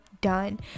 done